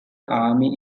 army